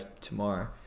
tomorrow